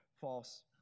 false